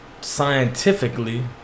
scientifically